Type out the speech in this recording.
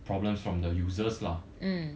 problems from the users lah